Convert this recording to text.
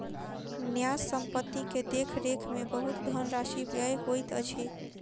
न्यास संपत्ति के देख रेख में बहुत धनराशि व्यय होइत अछि